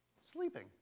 sleeping